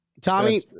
Tommy